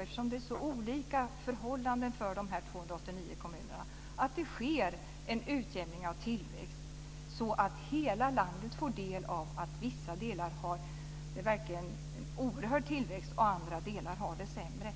Eftersom det är så olika förhållanden i dessa 289 kommuner är det rimligt att det sker en utjämning av tillväxten så att hela landet får del av att vissa delar har en oerhörd tillväxt och andra delar har det sämre.